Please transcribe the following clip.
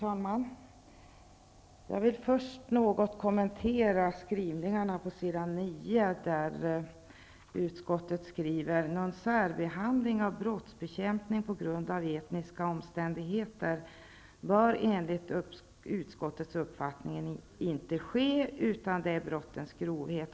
Herr talman! Jag vill först något kommentera skrivningarna på s. 9. i betänkandet. Utskottet skriver där: ''Någon särbehandling av brottsbekämpning på grund av etniska omständigheter bör enligt utskottets uppfattning inte ske utan det är brottets grovhet --.''